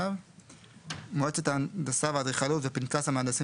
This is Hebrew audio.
"מועצת ההנדסה והאדריכלות" ו"פנקס המהנדסים